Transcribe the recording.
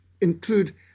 include